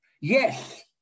Yes